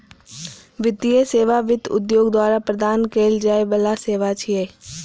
वित्तीय सेवा वित्त उद्योग द्वारा प्रदान कैल जाइ बला सेवा छियै